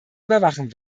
überwachen